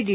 D